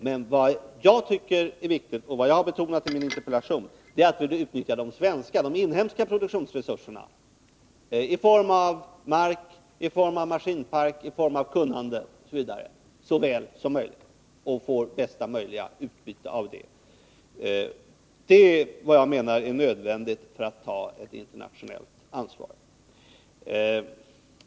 Men det jag tycker är viktigt, och det jag har betonat i min interpellation, är att vi bör utnyttja de inhemska produktions resurserna i form av mark, maskinpark, kunnande osv. så väl som möjligt för att få bästa möjliga utbyte av detta. Det är vad jag anser vara nödvändigt för att kunna ta ett internationellt ansvar.